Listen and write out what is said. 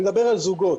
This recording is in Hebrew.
אני מדבר על זוגות.